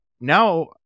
now